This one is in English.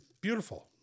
Beautiful